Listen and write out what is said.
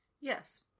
Yes